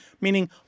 Meaning